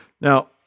now